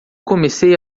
comecei